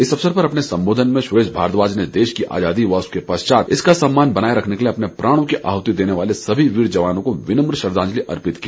इस अवसर पर अपने संबोधन में देश की आज़ादी और उसके पश्चात इसका सम्मान बनाए रखने के लिए अपने प्राणों की आहुति देने वाले सभी वीर जवानों को विनम्र श्रद्वांजलि अर्पित की